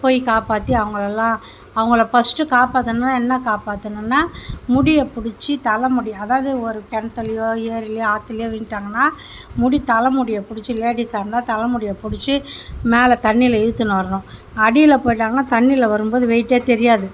போய் காப்பாற்றி அவங்களலாம் அவங்களை ஃபர்ஸ்ட்டு காப்பாற்றணும்னா என்ன காப்பாற்றணும்னா முடியை பிடிச்சி தலை முடியை அதாவது ஒரு கிணத்துலையோ ஏரிலையோ ஆற்றுலையோ விழுந்துவிட்டாங்கன்னா முடி தலை முடியை பிடுச்சி லேடிஸாக இருந்தால் தலை முடியை பிடுச்சி மேலே தண்ணியில இழுத்துன்னு வரணும் அடியிஇல் போயிவிட்டாங்கான்னா தண்ணியில வரும் போது வெயிட்டே தெரியாது